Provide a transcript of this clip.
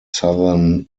southern